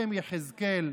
מנחם יחזקאל,